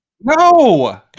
No